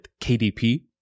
KDP